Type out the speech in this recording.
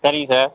சரிங்க சார்